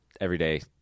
everyday